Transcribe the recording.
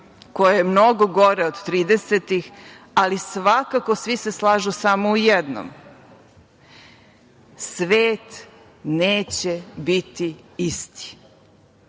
koje je mnogo gore od tridesetih, ali svakako, svi se slažu samo u jednom, svet neće biti isti. Ono